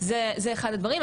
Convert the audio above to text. זה אחד הדברים.